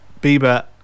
Bieber